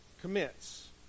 commits